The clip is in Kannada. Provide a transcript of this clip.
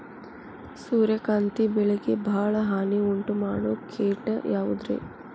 ಸೂರ್ಯಕಾಂತಿ ಬೆಳೆಗೆ ಭಾಳ ಹಾನಿ ಉಂಟು ಮಾಡೋ ಕೇಟ ಯಾವುದ್ರೇ?